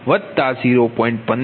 15Pg12 C240044Pg20